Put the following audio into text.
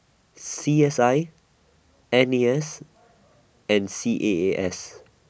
C S I N A S and C A A S